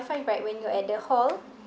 right when you're at the hall